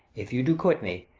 if you do quit me,